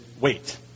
wait